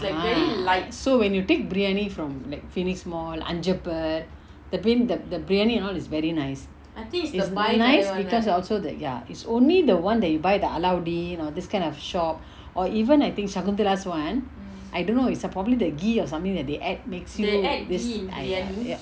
ah so when you take briyani from like phoenix mall anjappar I mean the briyani you know is very nice it's nice because also the ya is only the one that you buy the alladdin all this kind of shop or even I think sakunthala's one I don't know it's err probably the ghee or something that they add makes you this ya